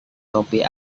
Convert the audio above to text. topi